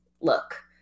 look